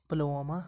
Pulwama